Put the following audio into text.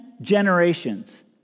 generations